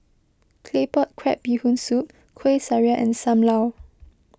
Claypot Crab Bee Hoon Soup Kueh Syara and Sam Lau